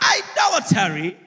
idolatry